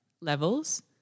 levels